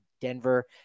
Denver